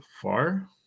far